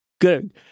good